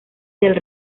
del